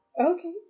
Okay